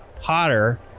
Potter